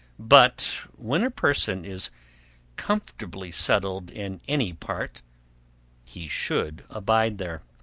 but when a person is comfortably settled in any part he should abide there.